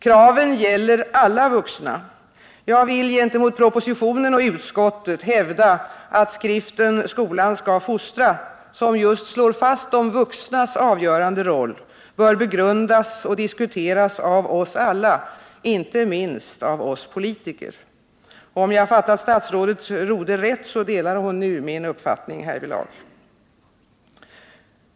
Kraven gäller alla vuxna — jag vill gentemot propositionen och utskottet hävda att skriften Skolan skall fostra, som just slår fast de vuxnas avgörande roll, bör begrundas och diskuteras av oss alla, inte minst av oss politiker. Och om jag har fattat statsrådet Rodhe rätt delar hon nu min uppfattning därvidlag.